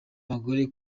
abagore